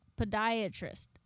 podiatrist